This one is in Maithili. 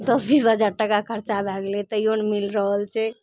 दश बीस हजार टाका खर्चा भए गेलै तैयो नहि मिल रहल छै